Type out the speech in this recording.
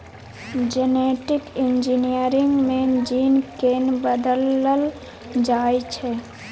genetic engineering मे gene केँ बदलल जाइ छै